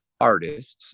artists